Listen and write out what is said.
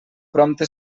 prompte